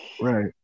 Right